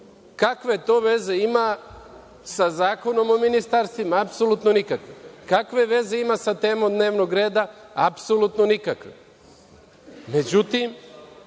Šulc. Kakve to veze ima sa Zakonom o ministarstvima? Apsolutno nikakve. Kakve veze ima sa temom dnevnog reda? Apsolutno nikakve.Međutim,